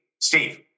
Steve